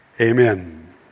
Amen